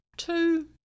two